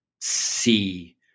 see